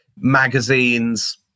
magazines